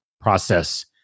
process